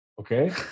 Okay